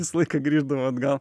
visą laiką grįždavo atgal